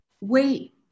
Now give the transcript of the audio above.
Wait